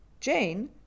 Jane